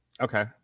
Okay